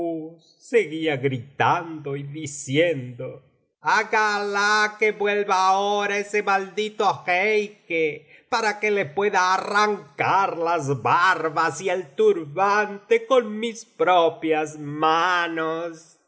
seguía gritando y diciendo haga alaii que vuelva ahora ese maldito jeique para que le pueda arrancar las barbas y el turbante con mis propias manos